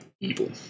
evil